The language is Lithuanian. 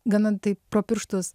gana taip pro pirštus